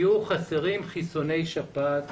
יהיו חסרים חיסוני שפעת